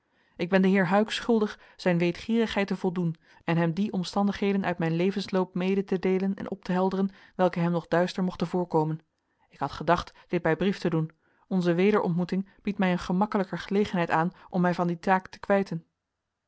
ik ben den heer huyck schuldig zijn weetgierigheid te voldoen en hem die omstandigheden uit mijn levensloop mede te deelen en op te helderen welke hem nog duister mochten voorkomen ik had gedacht dit bij brief te doen onze wederontmoeting biedt mij een gemakkelijker gelegenheid aan om mij van die taak te kwijten